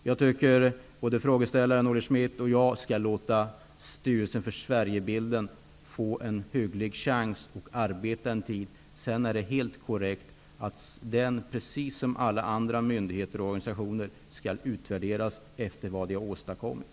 Jag tycker att både frågeställaren Olle Schmidt och jag skall låta Styrelsen för Sverigebilden få en hygglig chans att arbeta en tid, därefter är det fullt korrekt att den Styrelsen för Sverigebilden, precis som alla andra myndigheter och organisationer, värderas efter vad den har åstadkommit.